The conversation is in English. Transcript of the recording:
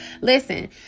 listen